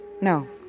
No